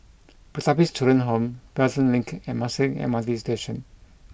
Pertapis Children Home Pelton Link and Marsiling M R T Station